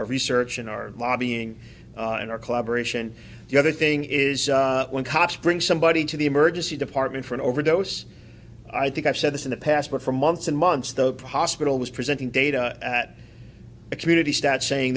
our research and our lobbying and our collaboration the other thing is when cops bring somebody to the emergency department for an overdose i think i've said this in the past but for months and months the hospital was presenting data at a community stat saying